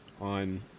on